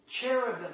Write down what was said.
Cherubim